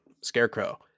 Scarecrow